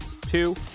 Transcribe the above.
two